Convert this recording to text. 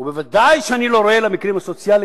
וודאי שאני לא רואה תשובות למקרים הסוציאליים